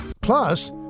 Plus